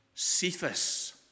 Cephas